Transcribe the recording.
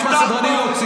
בפעם השנייה.